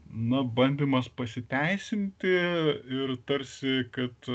na bandymas pasiteisinti ir tarsi kad